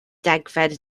degfed